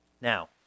Now